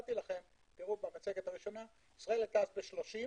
שנתתי לכם, ישראל היתה אז ב-30,